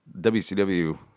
WCW